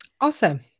Awesome